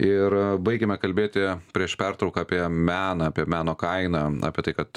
ir baigėme kalbėti prieš pertrauką apie meną apie meno kainą apie tai kad